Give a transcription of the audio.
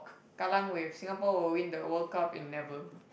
Kallang Wave Singapore will win the World Cup in never